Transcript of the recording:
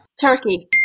Turkey